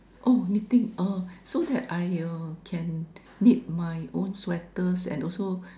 oh knitting uh so that I uh can knit my own sweaters and also